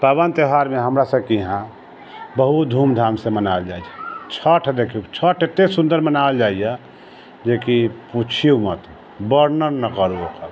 पाबनि त्योहारमे हमरासभके यहाँ बहुत धूम धामसँ मनायल जाइ छै छठि देखियौ छठि एतेक सुन्दर मनायल जाइए जेकि पूछियौ मत वर्णन ना करू ओकर